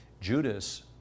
Judas